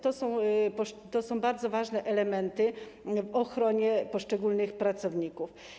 To są bardzo ważne elementy w ochronie poszczególnych pracowników.